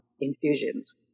infusions